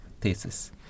thesis